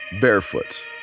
barefoot